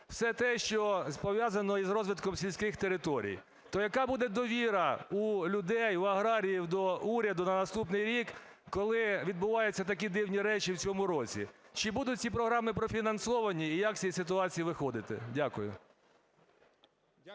все те, що пов'язано із розвитком сільських територій. То яка буде довіра у людей, у аграріїв до уряду на наступний рік, коли відбуваються такі дивні речі в цьому році? Чи будуть ці програми профінансовані і як з цієї ситуації виходити? Дякую.